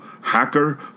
Hacker